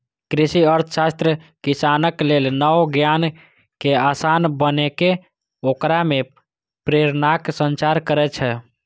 कृषि अर्थशास्त्र किसानक लेल नव ज्ञान कें आसान बनाके ओकरा मे प्रेरणाक संचार करै छै